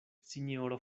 sinjoro